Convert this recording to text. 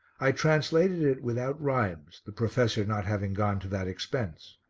i translated it without rhymes, the professor not having gone to that expense.